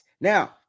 Now